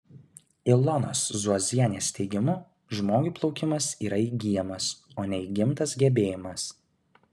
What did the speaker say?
ilonos zuozienės teigimu žmogui plaukimas yra įgyjamas o ne įgimtas gebėjimas